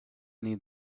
need